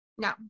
No